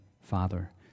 Father